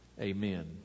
Amen